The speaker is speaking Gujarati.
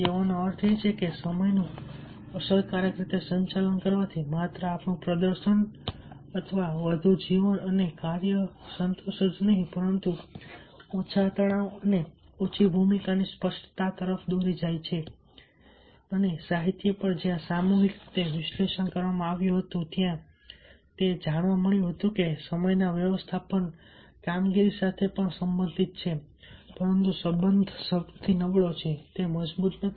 તેનો અર્થ એ છે કે સમયનું અસરકારક રીતે સંચાલન કરવાથી માત્ર આપણું પ્રદર્શન વધુ જીવન અને કાર્ય સંતોષ જ નહીં પરંતુ ઓછા તણાવ અને ઓછી ભૂમિકાની અસ્પષ્ટતા તરફ દોરી જશે અને સાહિત્ય પર જ્યાં સામૂહિક રીતે વિશ્લેષણ કરવામાં આવ્યું હતું ત્યાં તે જાણવા મળ્યું હતું કે સમય વ્યવસ્થાપન કામગીરી સાથે પણ સંબંધિત છે પરંતુ સંબંધ સૌથી નબળો છે તે મજબૂત નથી